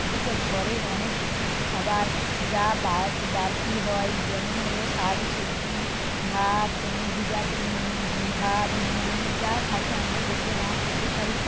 ওদেরকে ঘরের অনেক কিছু খাবার যা বাদ বাড়তি হয় যেমন হল শাক সবজি ভাত এমনি ভেজা ভাত মুড়ি যা থাকে আমরা যেগুলো না খেতে পারি